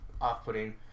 off-putting